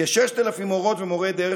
כ-6,000 מורות ומורי דרך,